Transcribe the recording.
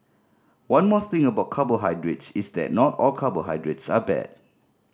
one more thing about carbohydrates is that not all carbohydrates are bad